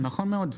בדיוק, נכון מאוד.